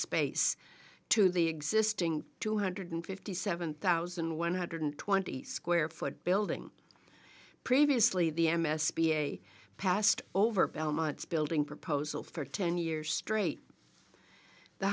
space to the existing two hundred fifty seven thousand one hundred twenty square foot building previously the m s p a passed over belmont's building proposal for ten years straight the